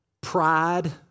pride